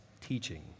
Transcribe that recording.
teaching